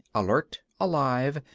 alert, alive,